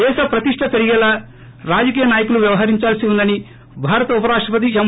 దేశం ప్రతిష్ణ పెరిగేలా రాజకీయా నాయకులు వ్యవహరించాల్సి ఉందని భారత ఉప రాష్టపతి ఎం